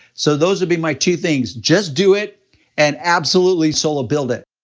so those would be my two things, just do it and absolutely solo build it!